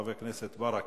חבר הכנסת ברכה.